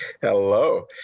hello